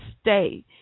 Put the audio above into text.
stay